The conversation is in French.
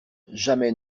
jamais